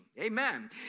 Amen